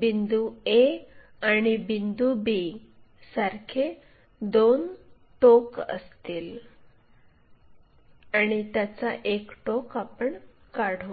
बिंदू a आणि बिंदू b सारखे दोन टोक असतील आणि त्याचा एक टोक आपण काढू